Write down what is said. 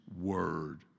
word